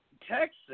Texas